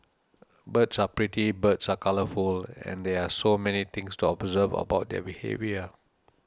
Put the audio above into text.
birds are pretty birds are colourful and there are so many things to observe about their behaviour